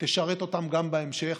תשרת אותם גם בהמשך.